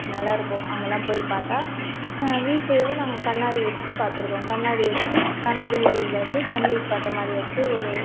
நல்லாருக்கும் அங்கேலா போய் பார்த்தா வீட்டிலேவும் நாங்கள் கண்ணாடி வச்சி பார்த்துருக்கோம் கண்ணாடி வெச்சி கண்ணாடிலருந்து சன்லைட் பார்க்குற மாதிரி வச்சி ஒரு